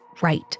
right